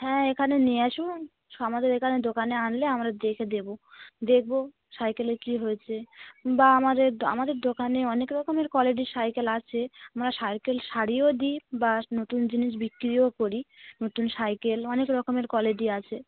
হ্যাঁ এখানে নিয়ে আসুন আমাদের এখানে দোকানে আনলে আমরা দেখে দেবো দেখবো সাইকেলে কি হয়েছে বা আমাদের আমাদের দোকানে অনেক রকমের কোয়ালিটির সাইকেল আছে আমরা সাইকেল সারিয়ে ও দিই বা নতুন জিনিস বিক্রিও করি নতুন সাইকেল অনেক রকমের কোয়ালিটি আছে